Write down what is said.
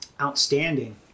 Outstanding